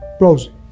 Rosie